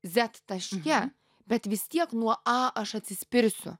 zet taške bet vis tiek nuo a aš atsispirsiu